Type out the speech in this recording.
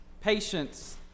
patience